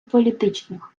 політичних